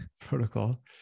protocol